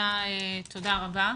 תודה רבה.